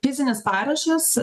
fizinis parašas